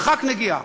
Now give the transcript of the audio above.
מרחק נגיעה.